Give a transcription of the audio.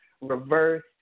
reverse